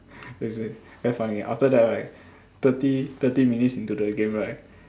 is it very funny after that right thirty thirty minutes into the game right